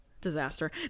disaster